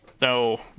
No